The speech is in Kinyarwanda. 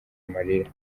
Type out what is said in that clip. amarira